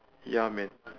ya man